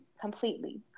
completely